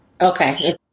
Okay